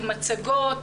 מצגות,